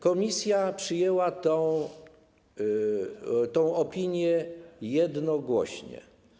Komisja przyjęła tę opinię jednogłośnie.